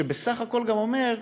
שבסך הכול גם אומר,